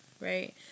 right